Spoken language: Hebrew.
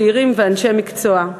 צעירים ואנשי מקצוע.